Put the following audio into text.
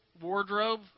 wardrobe